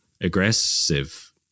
aggressive